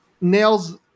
nails